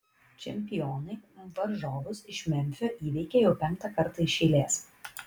čempionai varžovus iš memfio įveikė jau penktą kartą iš eilės